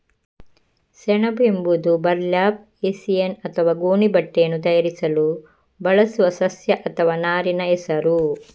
ಸೆಣಬು ಎಂಬುದು burlap, hessian ಅಥವಾ ಗೋಣಿ ಬಟ್ಟೆಯನ್ನು ತಯಾರಿಸಲು ಬಳಸುವ ಸಸ್ಯ ಅಥವಾ ನಾರಿನ ಹೆಸರು